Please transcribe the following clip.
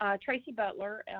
um tracy butler.